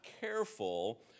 careful